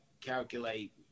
calculate